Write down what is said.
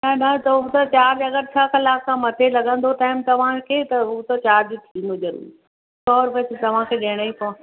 न न हू त चार्ज मतलबु छह कलाक खां मथे लॻंदो टाइम तव्हांखे त हू त चार्ज थींदो ज़रूरु सौ रुपए त तव्हांखे ॾियणा ई पवंदा